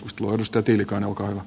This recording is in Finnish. arvoisa puhemies